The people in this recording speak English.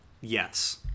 Yes